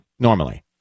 Normally